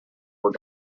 were